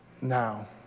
now